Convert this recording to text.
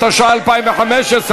התשע"ה 2015,